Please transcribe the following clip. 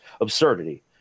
absurdity